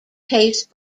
pace